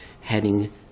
heading